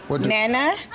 Nana